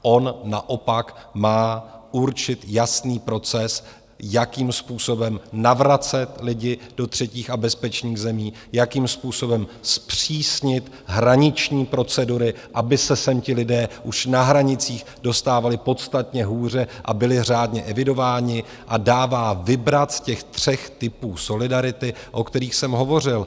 On naopak má určit jasný proces, jakým způsobem navracet lidi do třetích a bezpečných zemí, jakým způsobem zpřísnit hraniční procedury, aby se sem ti lidé už na hranicích dostávali podstatně hůře a byli řádně evidováni, a dává vybrat z těch tří typů solidarity, o kterých jsem hovořil.